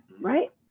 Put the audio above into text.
right